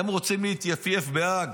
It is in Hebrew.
הם רוצים להתייפייף בהאג,